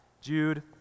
Jude